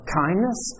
kindness